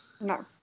no